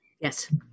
Yes